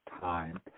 time